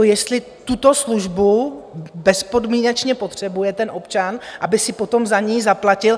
Jestli tuto službu bezpodmínečně potřebuje ten občan, aby si potom za ni zaplatil?